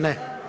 Ne.